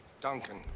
Duncan